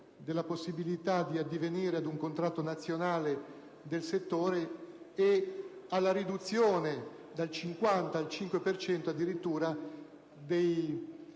Grazie,